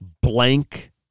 blank